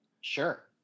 Sure